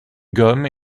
gomme